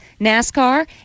NASCAR